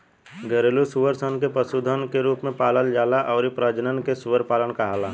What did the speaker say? घरेलु सूअर सन के पशुधन के रूप में पालल जाला अउरी प्रजनन के सूअर पालन कहाला